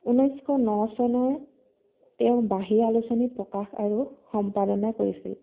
ঊনৈছশ ন চনৰ তেওঁ বাঁহী আলোচনী প্ৰকাশ আৰু সম্পাদনা কৰিছিল